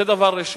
זה דבר ראשון.